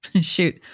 Shoot